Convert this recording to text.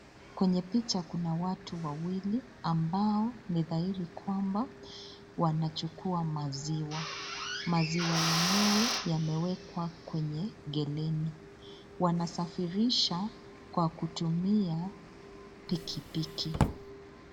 Kwenye picha kuna watu wawili ambao ni dhahiri kwamba wanachukua maziwa. Maziwa yenyewe yamewekwa kwenye geleni. Wanasafirisha kwa kutumia pikipiki.